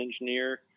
Engineer